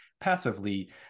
passively